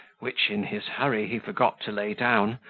which in his hurry he forgot to lay down,